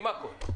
עם הכול.